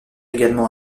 également